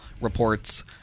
reports